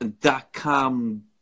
dot-com